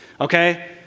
okay